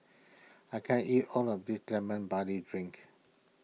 I can't eat all of this Lemon Barley Drink